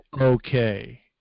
okay